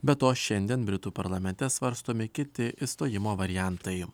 be to šiandien britų parlamente svarstomi kiti išstojimo variantai